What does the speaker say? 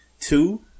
Two